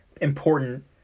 important